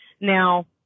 Now